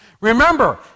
Remember